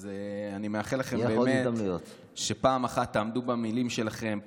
אז אני מאחל לכם באמת שהפעם תעמדו במילים שלכם,